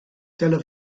dylai